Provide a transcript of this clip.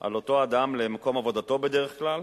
על אותו אדם, למקום עבודתו בדרך כלל,